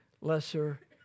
lesser